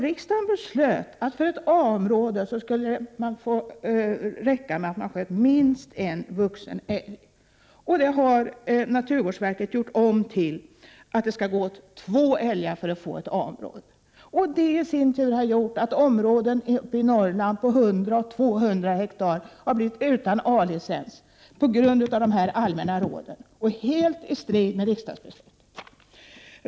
Riksdagen beslöt att det för ett A-område skulle räcka med en avskjutning av minst en vuxen älg. Naturvårdsverket har gjort om det till att det skall gå åt två älgar för att det skall få vara ett A-område. Dessa allmänna råd har gjort att områden uppe i Norrland på 100 eller 200 hektar har blivit utan A-licens. Detta står helt i strid med riksdagsbeslutet.